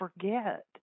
forget